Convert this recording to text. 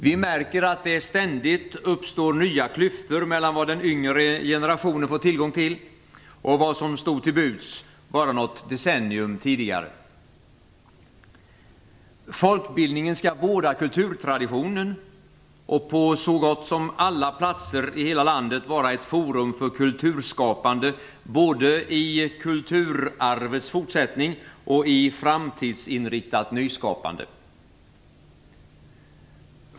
Vi märker att det ständigt uppstår nya klyftor mellan vad den yngre generationen får tillgång till och vad som stod till buds bara något decennium tidigare. Folkbildningen skall vårda kulturtraditioner och på så gott som alla platser i hela landet vara ett forum för kulturskapande, både i kulturarvets fortsättning och i framtidsinriktat nyskapande.